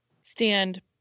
stand